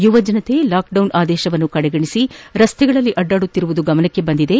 ಯುವ ಜನರು ಲಾಕ್ಡೌನ್ ಆದೇಶವನ್ನು ನಿರ್ಲಕ್ಷಿಸಿ ರಸ್ತೆಗಳಲ್ಲಿ ಅಡ್ಡಾಡುತ್ತಿರುವುದು ಗಮನಕ್ಕೆ ಬಂದಿದೆ